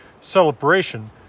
celebration